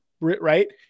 right